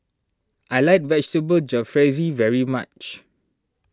I like Vegetable Jalfrezi very much